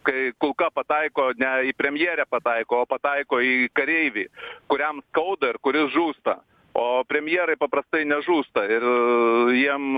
kai kulka pataiko ne į premjerę pataiko o pataiko į kareivį kuriam skauda ir kuris žūsta o premjerai paprastai nežūsta ir jiem